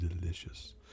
Delicious